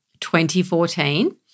2014